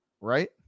Right